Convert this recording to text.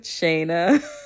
Shayna